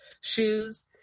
shoes